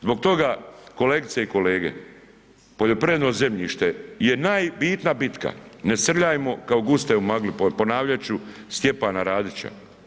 Zbog toga kolegice i kolege, poljoprivredno zemljište je najbitna bitka, ne srljajmo kao guske u magli, ponavljat ću Stjepana Radića.